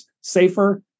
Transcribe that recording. safer